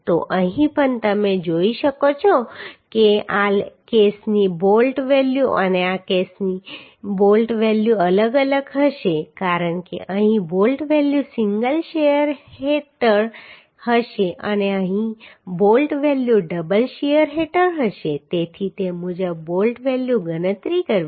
તો અહીં પણ તમે જોઈ શકો છો કે આ કેસની બોલ્ટ વેલ્યુ અને આ કેસની બોલ્ટ વેલ્યુ અલગ અલગ હશે કારણ કે અહીં બોલ્ટ વેલ્યુ સિંગલ શીયર હેઠળ હશે અને અહીં બોલ્ટ વેલ્યુ ડબલ શીયર હેઠળ હશે તેથી તે મુજબ બોલ્ટ વેલ્યુ ગણતરી કરવી